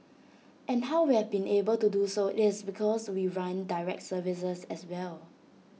and how we have been able to do so IT is because we run direct services as well